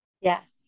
yes